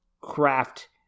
craft